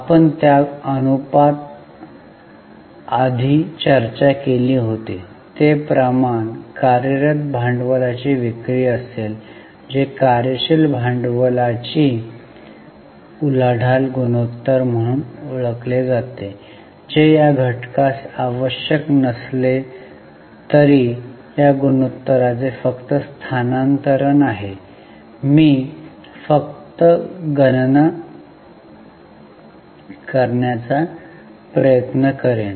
आपण त्या अनु पात आधी चर्चा केली होती ते प्रमाण कार्यरत भांडवलाची विक्री असेल जे कार्य शील भांडवलाची उलाढाल गुणोत्तर म्हणून ओळखले जाते जे या घटकास आवश्यक नसले तरी या गुणोत्तरांचे फक्त स्थानांतरण आहे मी फक्त गणना करण्याचा प्रयत्न करेन